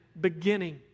beginning